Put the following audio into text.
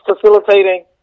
facilitating